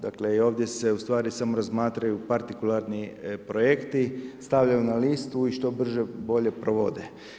Dakle i ovdje se u stvari samo razmatraju partikularni projekti, stavljaju na listu i što brže bolje provode.